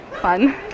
fun